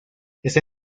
está